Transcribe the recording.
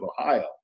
Ohio